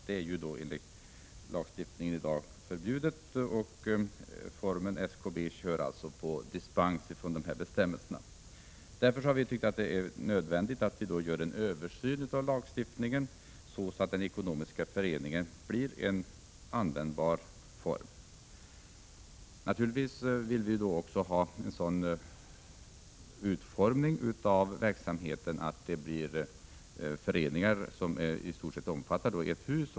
Det är i dag i lag förbjudet, och SKB har alltså fått dispens för att driva sin verksamhet. Därför har vi ansett att det är nödvändigt att göra en översyn av lagstiftningen, så att den ekonomiska föreningen blir en användbar form. Naturligtvis vill vi också ha en sådan utformning av verksamheten att det blir föreningar som i stort sett omfattar ett hus.